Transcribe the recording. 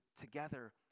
together